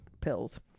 Pills